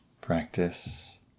practice